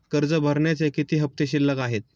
कर्ज भरण्याचे किती हफ्ते शिल्लक आहेत?